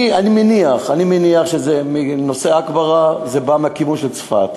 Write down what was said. אני מניח שנושא עכברה בא מהכיוון של צפת.